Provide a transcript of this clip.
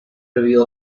review